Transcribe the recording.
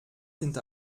sind